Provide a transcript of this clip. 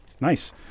Nice